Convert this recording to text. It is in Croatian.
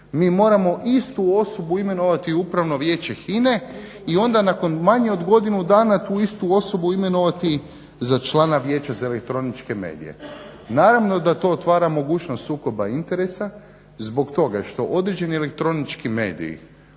mi moramo istu osobu imenovati u Upravno vijeće HINA-e i onda nakon manje od godinu dana tu istu osobu imenovati za člana Vijeća za elektroničke medije. Naravno da to otvara mogućnost sukoba interes zbog toga što određeni elektronički mediji